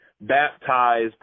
baptized